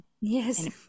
Yes